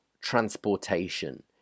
transportation